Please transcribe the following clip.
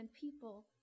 people